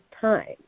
time